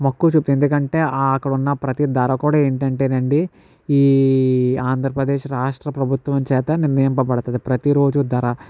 మక్కువ చూపుద్ది ఎందుకంటే అక్కడున్న ప్రతి ధర కూడా ఏంటంటేనండి ఈ ఆంధ్రప్రదేశ్ రాష్ట్ర ప్రభుత్వం చేత నిర్ణయింపబడతాది ప్రతిరోజు ధర